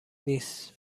نیست